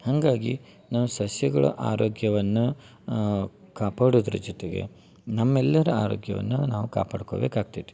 ಹಾಗಾಗಿ ನಾವು ಸಸ್ಯಗಳ ಆರೋಗ್ಯವನ್ನ ಕಾಪಾಡೋದ್ರ ಜೊತೆಗೆ ನಮ್ಮ ಎಲ್ಲರ ಆರೋಗ್ಯವನ್ನ ನಾವು ಕಾಪಾಡ್ಕೊಬೇಕಾಗ್ತೈತಿ